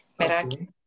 Meraki